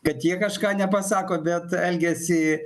kad jie kažką nepasako bet elgiasi